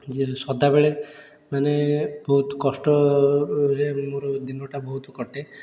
ଯେହେତୁ ସଦାବେଳେ ମାନେ ବହୁତ କଷ୍ଟରେ ମୋର ଦିନଟା ବହୁତ କଟେ